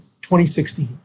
2016